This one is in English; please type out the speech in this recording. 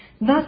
Thus